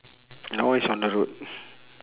that one is on the road